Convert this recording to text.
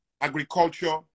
agriculture